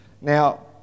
Now